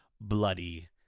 bloody